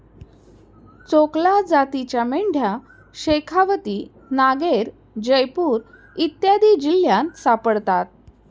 चोकला जातीच्या मेंढ्या शेखावती, नागैर, जयपूर इत्यादी जिल्ह्यांत सापडतात